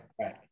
right